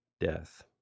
death